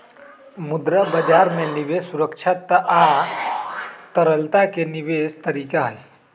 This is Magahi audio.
मुद्रा बजार में निवेश सुरक्षा आ तरलता के विशेष तरीका हई